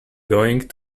going